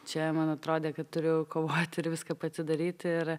čia man atrodė kad turiu kovoti ir viską pasidaryti ir